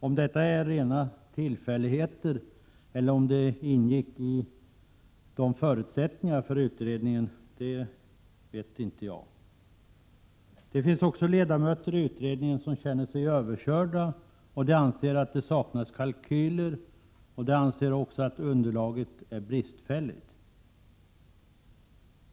Om detta är rena tillfälligheter eller om det ingick i förutsättningarna för utredningen vet inte jag. Det finns också ledamöter i utredningen som känner sig överkörda. De anser att det saknas kalkyler, och de anser också att underlaget är bristfälligt.